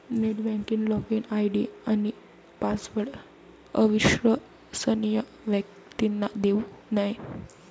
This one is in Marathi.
नेट बँकिंग लॉगिन आय.डी आणि पासवर्ड अविश्वसनीय व्यक्तींना देऊ नये